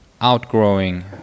outgrowing